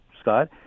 Scott